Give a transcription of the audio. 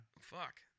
Fuck